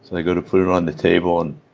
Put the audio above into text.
and i go to put it on the table and